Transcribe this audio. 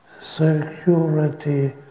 Security